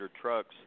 trucks